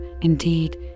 indeed